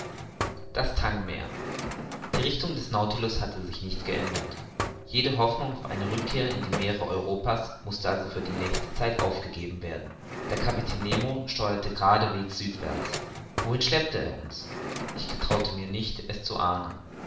das tang meer die richtung des nautilus hatte sich nicht geändert jede hoffnung auf eine rückkehr in die meere europa's mußte also für die nächste zeit aufgegeben werden der kapitän nemo steuerte gerade südwärts wohin schleppte er uns ich getraute mir nicht es zu ahnen